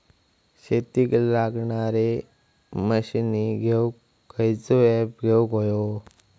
शेतीक लागणारे मशीनी घेवक खयचो ऍप घेवक होयो?